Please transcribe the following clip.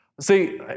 See